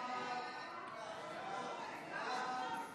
ההצעה להעביר את